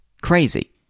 Crazy